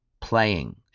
playing